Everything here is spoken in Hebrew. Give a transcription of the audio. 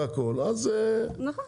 נתקדם.